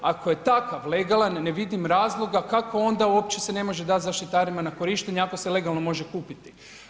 Ako je takav legalan, ne vidim razloga kako onda uopće se ne može dati zaštitarima na korištenje ako se legalno može kupiti.